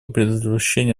предотвращению